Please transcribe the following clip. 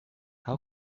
how